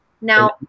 Now